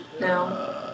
No